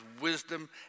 wisdom